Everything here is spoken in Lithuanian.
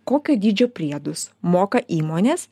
kokio dydžio priedus moka įmonės